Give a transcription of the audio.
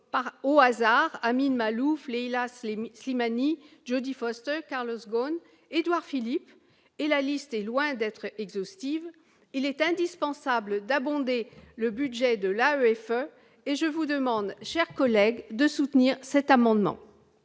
comme Amin Maalouf, Leïla Slimani, Jodie Foster, Carlos Ghosn ou Édouard Philippe- cette liste est loin d'être exhaustive -, il est indispensable d'abonder le budget de l'AEFE. C'est pourquoi je vous demande, mes chers collègues, de soutenir ces amendements.